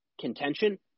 contention